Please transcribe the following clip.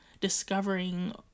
discovering